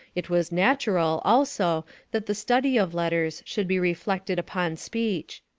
it was natural also that the study of letters should be reflected upon speech.